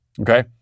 Okay